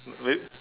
wait